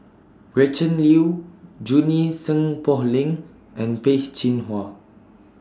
Gretchen Liu Junie Sng Poh Leng and Peh Chin Hua